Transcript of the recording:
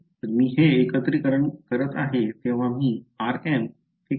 तर मी हे एकत्रीकरण करीत आहे तेव्हा मी rm हे कॉन्स्टन्ट ठेवत आहे